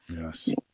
Yes